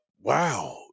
wow